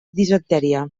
disenteria